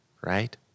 right